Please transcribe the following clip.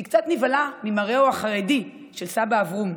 והיא קצת נבהלה ממראהו החרדי של סבא אברום,